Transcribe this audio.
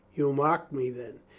you mock me, then?